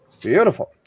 Beautiful